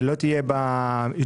שלא יהיו בה מגבלות.